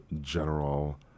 general